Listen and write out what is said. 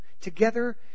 together